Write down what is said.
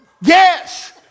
Yes